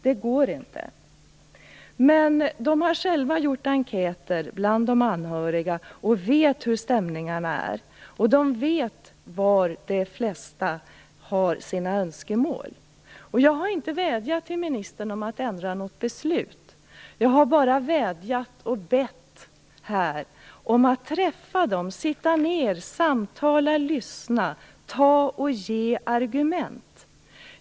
Det går inte. Men medlemmarna i dessa föreningar har själva gjort enkäter bland de anhöriga och vet hurdana stämningarna är. De känner till de flestas önskemål. Jag har inte vädjat till ministern om att hon skall ändra något beslut. Jag har bara vädjat om och bett henne att träffa de anhöriga, att sitta ner, samtala, lyssna, ta och ge argument.